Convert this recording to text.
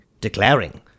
Declaring